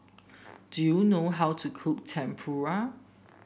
do you know how to cook Tempura